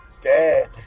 Dead